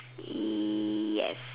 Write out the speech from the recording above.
yes